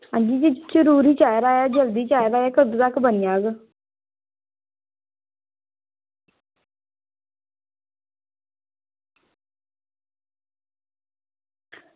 आं जी जरूरी चाहिदा ऐ जल्दी चाहिदा ऐ कदूं तगर बनी जाह्ग